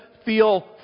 feel